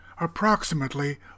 approximately